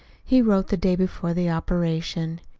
he wrote the day before the operation.